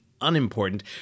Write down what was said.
unimportant